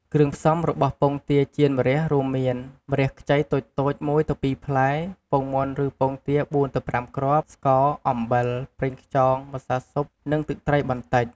គ្រឿងផ្សំរបស់ពងទាចៀនម្រះរួមមាន ម្រះខ្ចីតូចៗ ១ទៅ២ផ្លែ ពងមាន់ឬពងទា ៤ទៅ៥គ្រាប់ ស្ករ អំបិល ប្រេងខ្យង ម្សៅស៊ុប និង ទឹកត្រីបន្តិច ។